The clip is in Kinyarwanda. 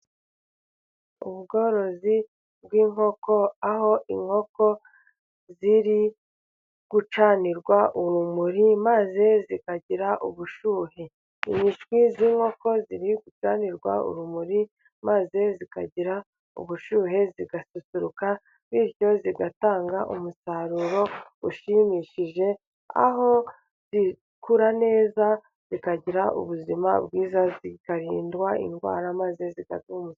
Ubworozi bw'inkoko, aho inkoko ziri gucanirwa urumuri maze zikagira ubushyuhe. Imishwi y'inkoko iri gucanirwa urumuri maze ikagira ubushyuhe, igasusuruka ,bityo igatanga umusaruro ushimishije ,aho ikura neza ,ikagira ubuzima bwiza ikarindwa indwara ,maze zigakura.